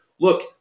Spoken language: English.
look